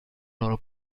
loro